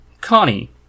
Connie